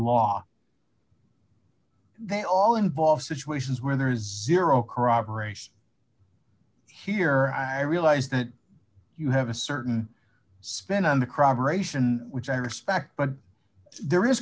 law they all involve situations where there is zero corroboration here i realize that you have a certain spin on the crime aeration which i respect but there is